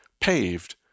paved